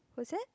was it